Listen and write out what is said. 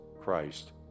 Christ